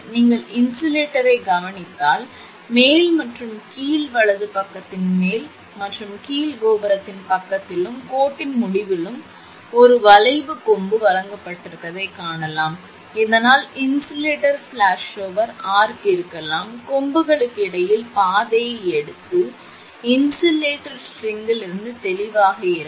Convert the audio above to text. நீங்கள் இன்சுலேட்டரைக் கவனித்தால் மேல் மற்றும் கீழ் வலது பக்கத்தின் மேல் மற்றும் கீழ் கோபுரப் பக்கத்திலும் கோட்டின் முடிவிலும் ஒரு வளைவு கொம்பு வழங்கப்பட்டிருப்பதைக் காணலாம் இதனால் இன்சுலேட்டர் ஃப்ளாஷோவர் ஆர்க் இருக்கலாம் கொம்புகளுக்கு இடையில் பாதையை எடுத்து இன்சுலேட்டர் ஸ்ட்ரிங்லிருந்து தெளிவாக இருங்கள்